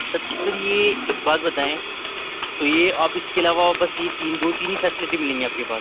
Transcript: اچھا سر یہ اِک بات بتائیں تو یہ آپ اِس کے علاوہ بس یہ تین دو تین ہی فیسلٹی ملیں گی آپ کے پاس